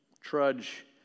trudge